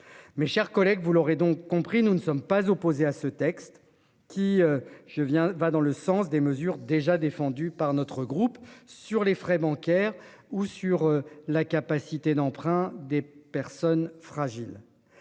Mes chers collègues, vous l'aurez donc compris, nous ne sommes pas opposés à ce texte qui je viens va dans le sens des mesures déjà défendu par notre groupe sur les frais bancaires ou sur la capacité d'emprunt des personnes fragiles.